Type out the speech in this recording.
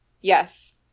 yes